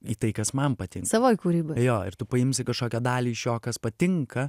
į tai kas man patinka savoj kūryboj jo ir tu paimsi kažkokią dalį iš jo kas patinka